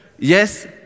Yes